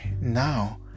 now